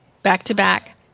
back-to-back